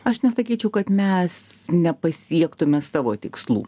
aš nesakyčiau kad mes nepasiektume savo tikslų